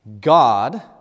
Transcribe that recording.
God